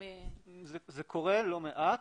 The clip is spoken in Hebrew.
זה קורה לא מעט,